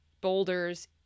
boulders